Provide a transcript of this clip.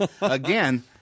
again